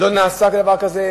זה מעוגן בחוק,